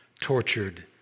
tortured